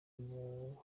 mubare